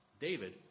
David